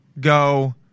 go